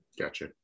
Gotcha